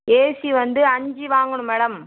AC வந்து அஞ்சு வாங்கணும் மேடம்